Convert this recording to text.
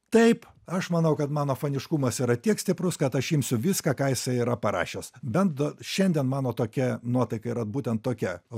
taip aš manau kad mano faniškumas yra tiek stiprus kad aš imsiu viską ką jisai yra parašęs bent šiandien mano tokia nuotaika yra būtent tokia